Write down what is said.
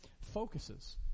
focuses